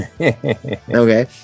okay